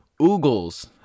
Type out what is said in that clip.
oogles